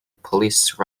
police